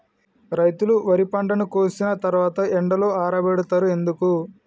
రైతులు వరి పంటను కోసిన తర్వాత ఎండలో ఆరబెడుతరు ఎందుకు?